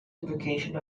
invocation